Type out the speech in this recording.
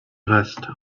rest